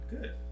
Good